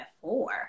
four